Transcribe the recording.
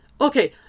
Okay